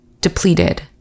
depleted